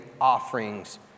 offerings